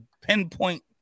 pinpoint